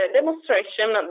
demonstration